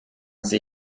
sie